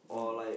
mm